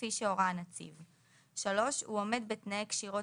כפי שהורה הנציב; (3)הוא עומד בתנאי כשירות